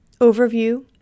Overview